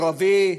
ערבי,